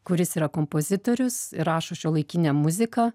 kuris yra kompozitorius ir rašo šiuolaikinę muziką